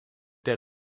der